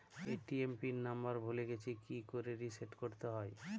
ATM PIN number ভুলে গেছি কি করে রিসেট করতে হয়?